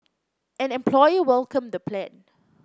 an employer welcomed the plan